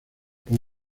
por